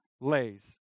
lays